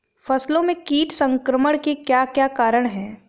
फसलों में कीट संक्रमण के क्या क्या कारण है?